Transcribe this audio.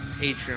patreon